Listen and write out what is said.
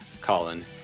Colin